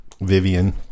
Vivian